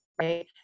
Right